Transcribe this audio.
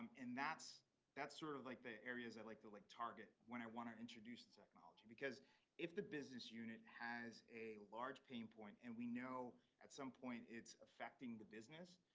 and that's that's sort of like the areas i like to, like, target when i want to introduce the technology. because if the business unit has a large pain point and we know at some point it's affecting the business,